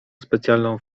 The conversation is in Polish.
specjalną